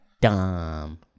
Dumb